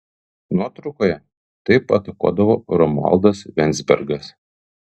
nuotraukoje taip atakuodavo romualdas venzbergas